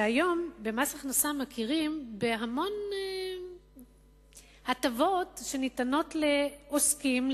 שהיום במס הכנסה מכירים בהמון הטבות שניתנות לעוסקים,